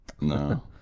No